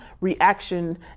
reaction